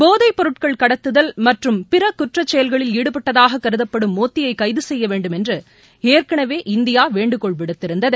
போதைப் பொருட்கள் கடத்துதல் மற்றும் பிற குற்றச்செயல்களில் ஈடுபட்டதாகக் கருதப்படும் மோத்தியை கைது செய்ய வேண்டும் என்று ஏற்கனவே இந்தியா வேண்டுகோள் விடுத்திருந்தது